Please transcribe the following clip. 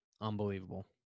Unbelievable